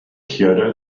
kyoto